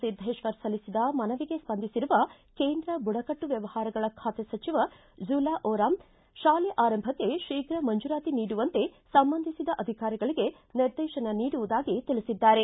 ಸಿದ್ದೇಶ್ವರ್ ಸಲ್ಲಿಸಿದ ಮನವಿಗೆ ಸ್ಪಂದಿಸಿರುವ ಕೇಂದ್ರ ಬುಡಕಟ್ಟು ವ್ವವಹಾರಗಳ ಖಾತೆ ಸಚಿವ ಜುಲಾ ಓರಾಮ್ ಶಾಲೆ ಆರಂಭಕ್ತೆ ಶೀಘ ಮಂಜೂರಾತಿ ನೀಡುವಂತೆ ಸಂಬಂಧಿಸಿದ ಅಧಿಕಾರಿಗಳಿಗೆ ನಿರ್ದೇಶನ ನೀಡುವುದಾಗಿ ತಿಳಿಸಿದ್ದಾರೆ